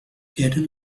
eren